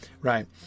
Right